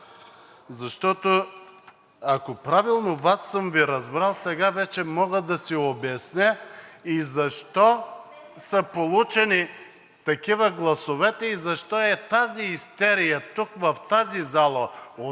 защото, ако правилно Вас съм Ви разбрал, сега вече мога да си обясня и защо са получени такива гласове и защо е тази истерия тук в тази зала